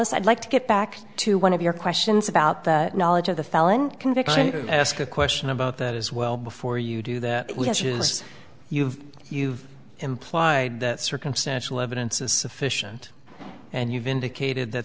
e i'd like to get back to one of your questions about the knowledge of the felony conviction and ask a question about that as well before you do that we have is you've you've implied that circumstantial evidence is sufficient and you've indicated that